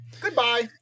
Goodbye